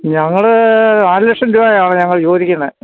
ഞങ്ങള് നാല് ലക്ഷം രൂപയാണ് ഞങ്ങള് ചോദിക്കുന്നത്